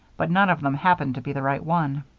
but none of them happened to be the right one.